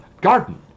Garden